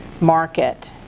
market